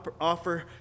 offer